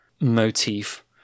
motif